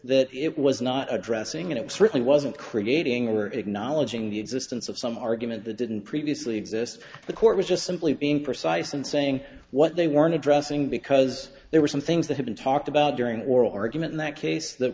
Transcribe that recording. that it was not addressing it it certainly wasn't creating or acknowledging the existence of some argument the didn't previously exist the court was just simply being precise in saying what they weren't addressing because there were some things that had been talked about during oral argument in that case that